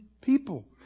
people